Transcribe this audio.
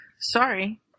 Sorry